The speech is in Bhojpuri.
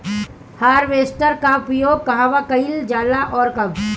हारवेस्टर का उपयोग कहवा कइल जाला और कब?